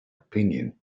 opinion